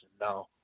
No